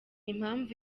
impamvu